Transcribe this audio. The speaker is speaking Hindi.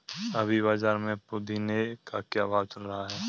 अभी बाज़ार में पुदीने का क्या भाव चल रहा है